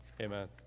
Amen